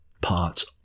parts